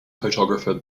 photographer